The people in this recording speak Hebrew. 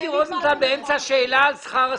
מיקי רוזנטל באמצע שאלה על שכר השרים.